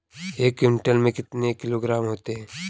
एक क्विंटल में कितने किलोग्राम होते हैं?